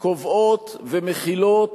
קובעות ומחילות